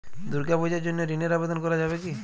দুর্গাপূজার জন্য ঋণের আবেদন করা যাবে কি?